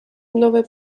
nowe